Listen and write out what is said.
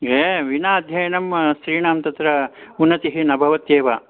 ये विना अध्ययनं स्त्रीणां तत्र उन्नतिः न भवत्येव